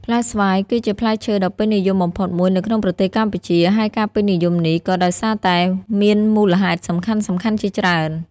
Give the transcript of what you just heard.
ផ្លែស្វាយគឺជាផ្លែឈើដ៏ពេញនិយមបំផុតមួយនៅក្នុងប្រទេសកម្ពុជា ហើយការពេញនិយមនេះក៏ដោយសារតែមានមូលហេតុសំខាន់ៗជាច្រើន។